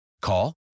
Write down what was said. Call